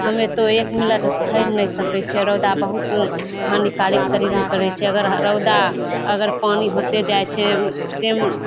हमे तो एक मिलट थमि नहि सकै छियै रौदा बहुत हानिकारक शरीरमे करै छै अगर रौदा अगर पानि होते जाइ छै सेम